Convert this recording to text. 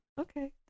Okay